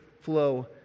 flow